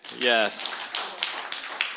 Yes